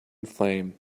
flame